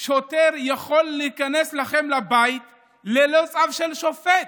שוטר יכול להיכנס לכם לבית ללא צו של שופט,